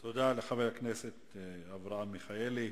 תודה לחבר הכנסת אברהם מיכאלי.